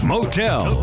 Motel